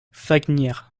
fagnières